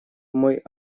мой